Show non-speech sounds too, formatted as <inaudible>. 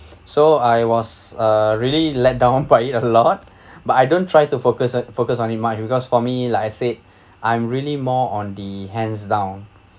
so I was uh really let down <breath> by it a lot <breath> but I don't try to focus focus on it much because for me like I said <breath> I'm really more on the hands down